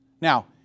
Now